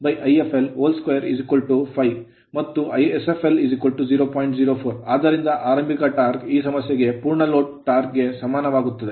ಆದ್ದರಿಂದ ಆರಂಭಿಕ torque torque ಈ ಸಮಸ್ಯೆಗೆ ಪೂರ್ಣ load torque ಲೋಡ್ ಟಾರ್ಕ್ ಗೆ ಸಮಾನವಾಗುತ್ತದೆ